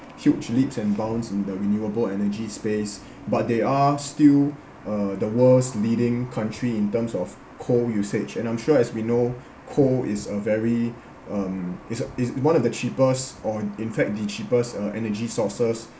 huge leaps and bounds in the renewable energy space but they are still uh the world's leading country in terms of coal usage and I'm sure as we know coal is a very um is is one of the cheapest on in fact the cheapest uh energy sources